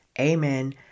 amen